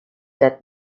that